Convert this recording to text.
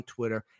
Twitter